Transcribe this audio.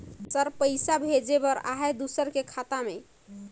Sir पइसा भेजे बर आहाय दुसर के खाता मे?